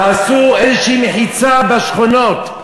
תעשו איזושהי מחיצה בשכונות,